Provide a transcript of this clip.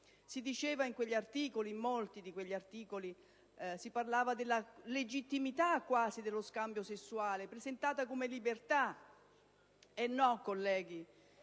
febbraio: in molti di quegli articoli si parlava della legittimità, quasi, dello scambio sessuale, presentato come libertà. No, colleghi.